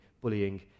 bullying